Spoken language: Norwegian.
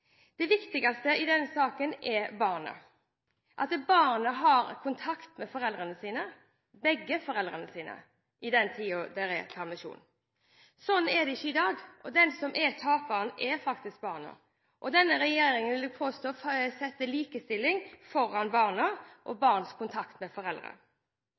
Det viktigste i denne saken er barna, at barna har kontakt med foreldrene sine – begge foreldrene sine – i den tiden det er permisjon. Sånn er det ikke i dag, og de som er taperne, er faktisk barna. Denne regjeringen, vil jeg påstå, setter likestilling foran barna og barnas kontakt med